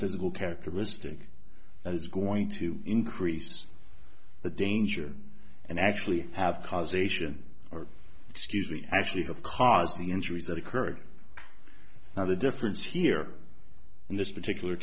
physical characteristic that is going to increase the danger and actually have cause ation or excuse me actually of causing injuries that occurred now the difference here in this particular